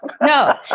No